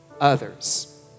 others